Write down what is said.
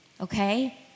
Okay